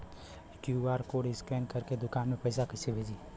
QR code scan करके दुकान में पैसा कइसे भेजी?